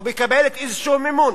או מקבלת איזשהו מימון,